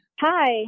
Hi